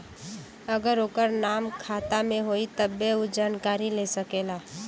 अगर ओकर नाम खाता मे होई तब्बे ऊ जानकारी ले सकेला